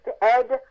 Ed